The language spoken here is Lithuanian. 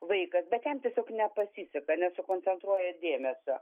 vaikas bet jam tiesiog nepasiseka nesukoncentruoja dėmesio